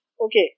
okay